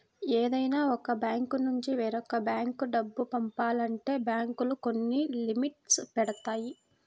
ఏదైనా ఒక బ్యాంకునుంచి వేరొక బ్యేంకు డబ్బు పంపాలంటే బ్యేంకులు కొన్ని లిమిట్స్ పెడతాయి